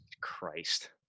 Christ